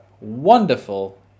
wonderful